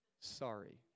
sorry